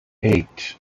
eight